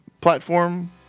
platform